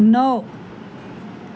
نو